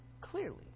clearly